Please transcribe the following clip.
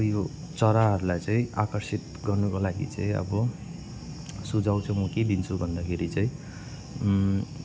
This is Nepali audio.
अब यो चराहरूलाई चाहिँ आकर्षित गर्नुको लागि चाहिँ अब सुझाउ चाहिँ म के दिन्छु भन्दाखेरी चाहिँ